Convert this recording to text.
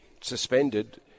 suspended